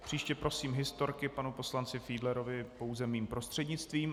Příště prosím historky panu poslanci Fiedlerovi pouze mým prostřednictvím.